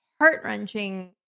heart-wrenching